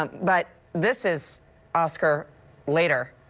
um but this is oscar later.